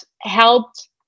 helped